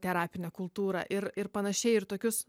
terapinę kultūrą ir ir panašiai ir tokius